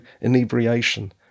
inebriation